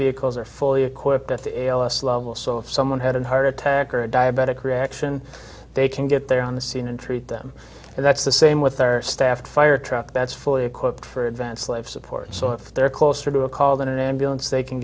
vehicles are fully equipped with the ls level so if someone had a heart attack or a diabetic reaction they can get there on the scene and treat them and that's the same with their staff to fire truck that's fully equipped for advanced life support so if they're closer to a called in an ambulance they can